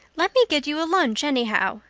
let me get you a lunch anyhow,